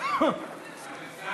ש"ס